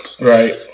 Right